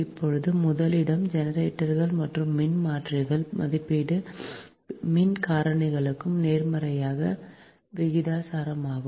இப்போது முதலிடம் ஜெனரேட்டர்கள் மற்றும் மின்மாற்றிகளின் மதிப்பீடு மின் காரணிக்கு நேர்மாறான விகிதாசாரமாகும்